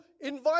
invite